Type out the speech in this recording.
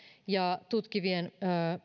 ja tutkivien